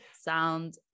sound